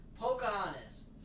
Pocahontas